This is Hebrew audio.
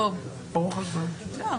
טלי, תודה.